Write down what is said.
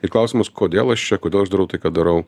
į klausimus kodėl aš čia kodėl aš darau tai ką darau